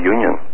Union